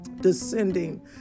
descending